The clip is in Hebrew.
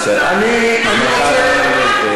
אני מסיים.